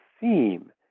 theme